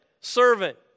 Servant